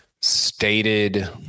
stated